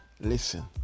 listen